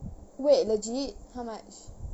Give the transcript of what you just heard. wait legit how much